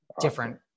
Different